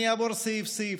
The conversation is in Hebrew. אני אעבור סעיף-סעיף,